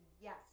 Yes